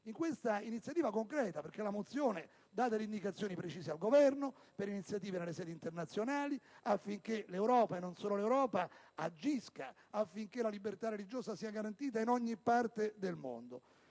in questa iniziativa concreta. L'ordine del giorno dà infatti indicazioni precise al Governo per prendere iniziative nelle sedi internazionali affinché l'Europa - e non solo l'Europa - agisca perché la libertà religiosa venga garantita in ogni parte del mondo.